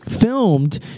filmed